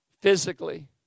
physically